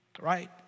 right